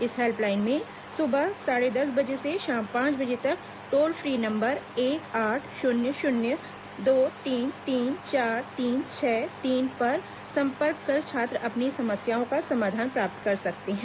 इस हेल्पलाइन में सुबह साढ़े दस बजे से शाम पांच बजे तक टोल फ्री नंबर एक आठ शून्य शून्य दो तीन तीन चार तीन छह तीन पर संपर्क कर छात्र अपनी समस्याओं का समाधान प्राप्त कर सकते हैं